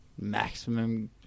maximum